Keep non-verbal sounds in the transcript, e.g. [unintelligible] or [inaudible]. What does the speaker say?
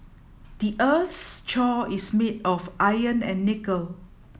the earth's [unintelligible] is made of iron and nickel